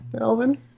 Alvin